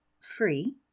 free